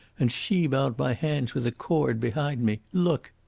and she bound my hands with a cord behind me. look!